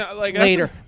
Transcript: later